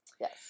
Yes